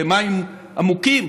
למים עמוקים,